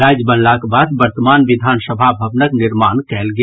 राज्य बनलाक बाद वर्तमान विधानसभा भवनक निर्माण कयल गेल